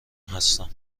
هستم